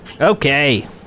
Okay